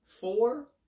Four